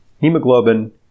Hemoglobin